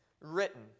Written